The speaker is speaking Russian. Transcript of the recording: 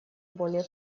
более